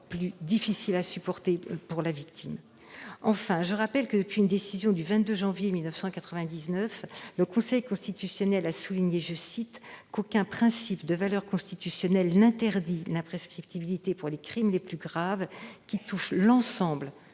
plus difficile à supporter pour la victime. Enfin, je rappelle que, depuis une décision du 22 janvier 1999, le Conseil constitutionnel a souligné qu'« aucun principe de valeur constitutionnelle n'interdit l'imprescriptibilité pour les crimes les plus graves qui touchent l'ensemble